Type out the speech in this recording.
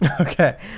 Okay